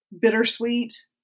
bittersweet